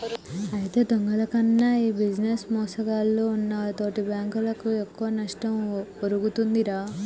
అయితే దొంగల కన్నా ఈ బిజినేస్ ముసుగులో ఉన్నోల్లు తోటి బాంకులకు ఎక్కువ నష్టం ఒరుగుతుందిరా